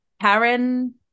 Karen